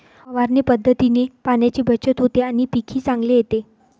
फवारणी पद्धतीने पाण्याची बचत होते आणि पीकही चांगले येते